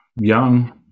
young